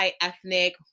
ethnic